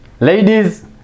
Ladies